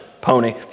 pony